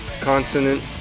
consonant